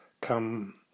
come